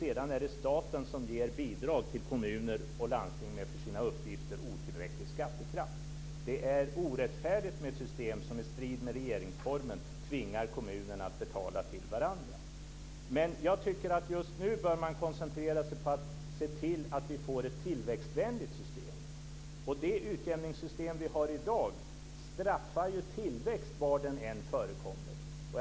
Sedan är det staten som ger bidrag till kommuner och landsting med för sina uppgifter otillräcklig skattekraft. Det är orättfärdigt med ett system som i strid med regeringsformen tvingar kommunerna att betala till varandra. Jag tycker att man just nu bör koncentrera sig på att se till att vi får ett tillväxtvänligt system. Det utjämningssystem som vi har i dag straffar tillväxt var den än förekommer.